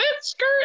skirt